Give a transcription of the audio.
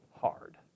hard